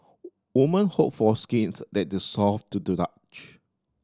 woman hope for skin that is soft to the touch